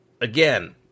again